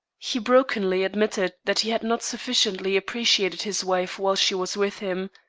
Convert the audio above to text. he brokenly admitted that he had not sufficiently appreciated his wife while she was with him.